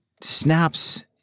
snaps